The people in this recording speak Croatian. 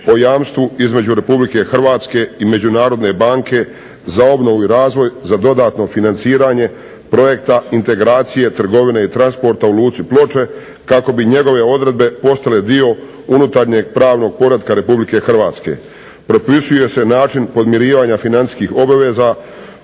o jamstvu između Republike Hrvatske i Međunarodne banke za obnovu i razvoj za dodatno financiranje "Projekta integracije trgovine i transporta" u Luci Ploče kako bi njegove odredbe postale dio unutarnjeg pravnog poretka RH. Propisuje se način podmirivanja financijskih obaveza